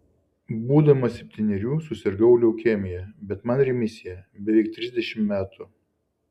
būdamas septynerių susirgau leukemija bet man remisija beveik trisdešimt metų